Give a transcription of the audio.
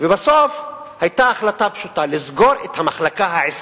ובסוף היתה החלטה פשוטה: לסגור רק את המחלקה העסקית.